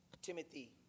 Timothy